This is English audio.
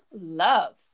love